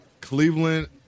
Cleveland